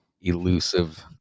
elusive